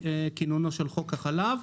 מכינונו של חוק החלב.